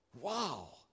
Wow